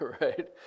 right